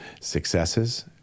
successes